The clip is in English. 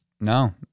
No